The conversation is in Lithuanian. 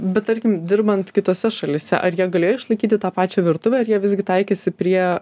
bet tarkim dirbant kitose šalyse ar jie galėjo išlaikyti tą pačią virtuvę ar jie visgi taikėsi prie